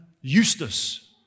Eustace